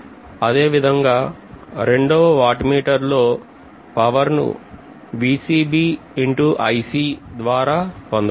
అదేవిదంగా రెండవ watt meter లో పవర్ ను ద్వారా పొందగలం